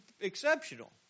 exceptional